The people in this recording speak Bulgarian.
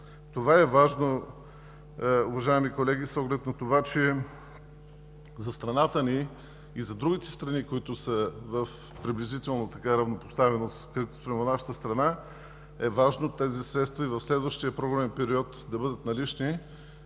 Това е важно, уважаеми колеги, с оглед на това, че за страната ни и за другите страни, които са в приблизителна равнопоставеност спрямо нашата страна, е важно тези средства и в следващия програмен период да бъдат налични